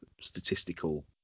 statistical